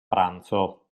pranzo